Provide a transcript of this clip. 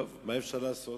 טוב, מה אפשר לעשות?